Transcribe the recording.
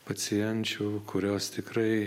pacienčių kurios tikrai